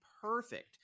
perfect